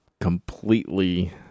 completely